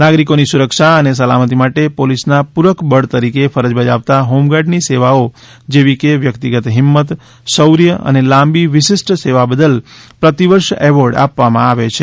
નાગરિકોની સુરક્ષા અને સલામતી માટે પોલીસના પૂરક બળ તરીકે ફરજ બજાવતા હોમગાર્ડની સેવાઓ જેવી કે વ્યક્તિગત હિંમત શૌર્ય અને લાંબી વિશિષ્ટ સેવા બદલ પ્રતિ વર્ષ એવોર્ડ આપવામાં આવે છે